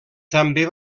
també